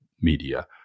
media